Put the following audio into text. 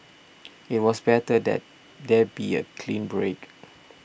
it was better that there be a clean break